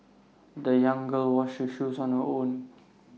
the young girl washed her shoes on her own